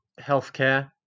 healthcare